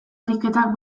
ariketak